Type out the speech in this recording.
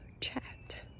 chat